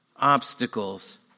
obstacles